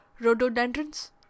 rhododendrons